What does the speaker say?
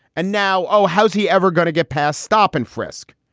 and now. oh, how's he ever going to get past stop and frisk?